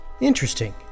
Interesting